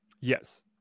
Yes